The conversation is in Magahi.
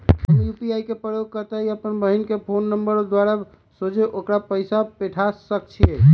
हम यू.पी.आई के प्रयोग करइते अप्पन बहिन के फ़ोन नंबर द्वारा सोझे ओकरा पइसा पेठा सकैछी